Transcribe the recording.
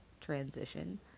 transition